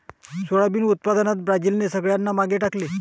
soybean उत्पादनात ब्राझीलने सगळ्यांना मागे टाकले